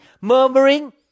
murmuring